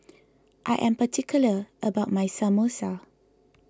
I am particular about my Samosa